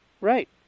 Right